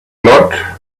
lot